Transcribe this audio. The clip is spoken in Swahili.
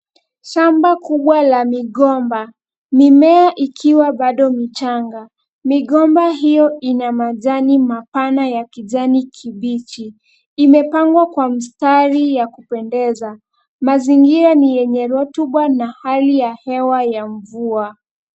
Shamba kubwa la migomba, mimea ikiwa bado michanga. Migomba hiyo ina majani mapana ya kijani kibichi. Imepangwa kwa mstari ya kupendeza. Mazingira ni yenye rotuba na hali ya hewa ya mvua.